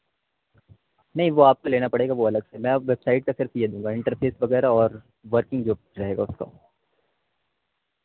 نہیں وہ آپ کو لینا پڑے گا وہ الگ سے میں ویب سائٹ کا پھر کر کے دوں گا انٹرفیس وغیرہ اور ورکنگ جو رہے گا اس کا